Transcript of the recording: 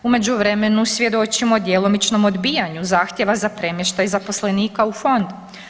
U međuvremenu svjedočimo djelomičnom odbijanju zahtjeva za premještaj zaposlenika u fond.